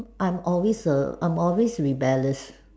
I'm always err I'm always rebellious